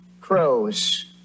crows